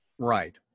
Right